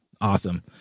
awesome